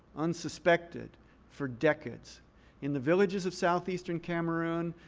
unsuspected for decades in the villages of southeastern cameroon,